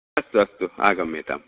अस्तु अस्तु आगम्यताम्